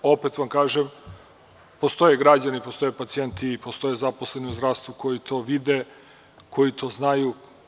Opet vam kažem postoje građani, postoje pacijenti i postoje zaposleni u zdravstvu koji to vide, koji to znaju.